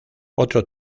otro